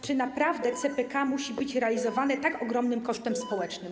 Czy naprawdę CPK musi być realizowane tak ogromnym kosztem społecznym?